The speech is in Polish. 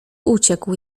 uciekł